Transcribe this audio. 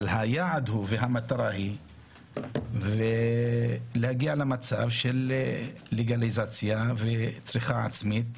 אבל היעד הוא והמטרה היא להגיע למצב של לגליזציה וצריכה עצמית.